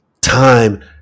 time